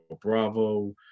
bravo